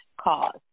cause